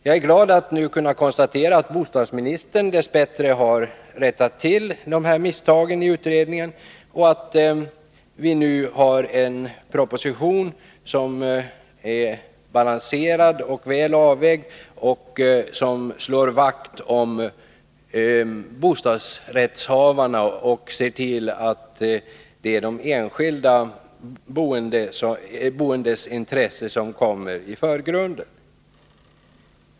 Jag är glad att nu kunna konstatera att bostadsministern dess bättre rättat till de här misstagen i utredningen och att vi nu har en proposition som är balanserad och väl avvägd och som slår vakt om bostadsrättshavarna och ser till att det är de enskilda boendes intresse som kommer i förgrunden.